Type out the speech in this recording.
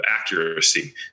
accuracy